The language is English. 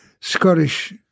Scottish